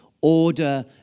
order